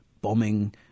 bombing